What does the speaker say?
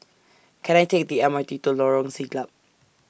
Can I Take The M R T to Lorong Siglap